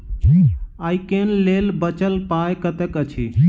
आइ केँ लेल बचल पाय कतेक अछि?